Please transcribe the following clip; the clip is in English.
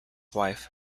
wife